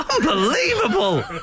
Unbelievable